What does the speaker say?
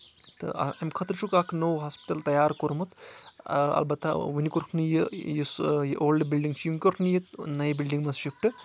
تہٕ اَمہِ خٲطرٕ چھُکھ اکھ نوٚو ہاسپِٹَل تَیار کوٚرمُت اَلبتہ وٕنہِ کوٚرُکھ نہٕ یہِ یُس یہِ اولڈ بِلڈِنٛگ چھِ ؤنہِ کوٚرُکھ نہٕ یہِ نٔیہِ بِلڈِنٛگ منٛز شِفٹہٕ